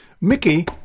Mickey